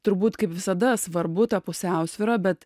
turbūt kaip visada svarbu ta pusiausvyra bet